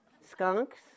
Skunks